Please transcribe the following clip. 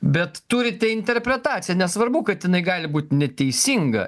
bet turite interpretaciją nesvarbu kad jinai gali būt neteisinga